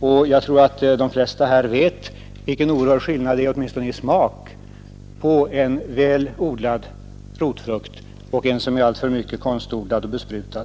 Och jag tror att de flesta här vet vilken oerhörd skillnad det är, åtminstone i smak, på en väl odlad rotfrukt och en som är alltför mycket konstodlad och besprutad.